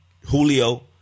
Julio